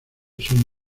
son